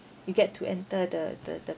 you get to enter the the the